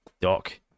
Doc